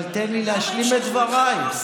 אבל תן לי להשלים את דבריי.